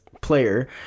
player